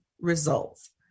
results